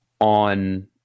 on